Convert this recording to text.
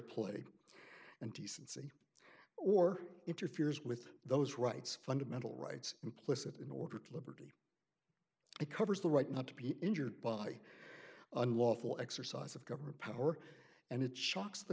play and decency or interferes with those rights fundamental rights implicit in order to liberty it covers the right not to be injured by unlawful exercise of government power and it shocks the